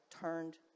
turned